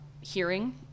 hearing